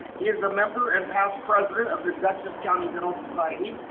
he is a member and past president of the dutchess county dental society,